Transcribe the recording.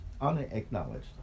unacknowledged